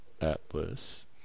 Atlas